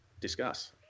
Discuss